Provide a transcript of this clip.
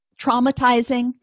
traumatizing